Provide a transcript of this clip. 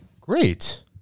great